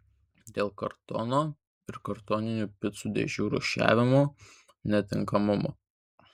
dėl kartono ir kartoninių picų dėžių rūšiavimo netinkamumo